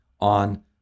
on